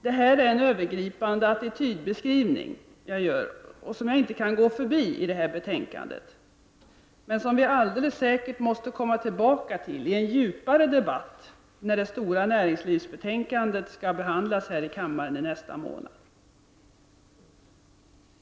Det här är en övergripande attitydbeskrivning som jag gör och som jag inte kan gå förbi i det här betänkandet men som vi alldeles säkert måste komma tillbaka till i en djupare debatt när det stora näringslivsbetänkandet skall behandlas här i kammaren i nästa månad.